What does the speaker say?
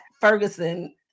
Ferguson